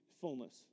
fullness